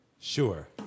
Sure